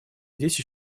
дети